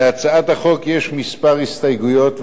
להצעת החוק יש כמה הסתייגויות,